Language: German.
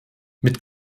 mit